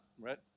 right